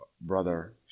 brother